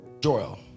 Joel